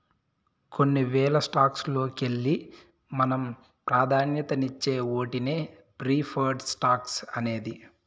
కొన్ని వేల స్టాక్స్ లోకెల్లి మనం పాదాన్యతిచ్చే ఓటినే ప్రిఫర్డ్ స్టాక్స్ అనేది